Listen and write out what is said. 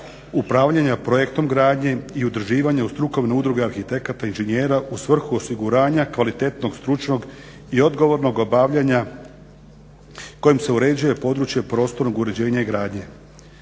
upravljanja projektom gradnje i udruživanja u strukove udruge arhitekata inženjera u svrhu osiguranja kvalitetnog stručnog i odgovornog obavljanja kojim se uređuje područje prostornog uređenja i gradnje.